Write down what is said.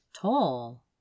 tall